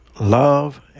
love